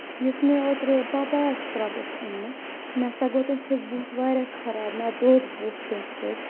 یُس مےٚ اوترٕ پاپایا سٕکرب اوس اوٚنمُت مےٚ سا گوٚو تَمہِ سۭتۍ بُتھ واریاہ خراب مےٚ دۄد بُتھ تمہِ سۭتۍ